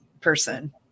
person